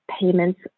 payments